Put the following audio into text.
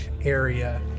area